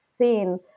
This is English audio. seen